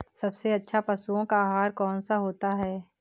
सबसे अच्छा पशुओं का आहार कौन सा होता है?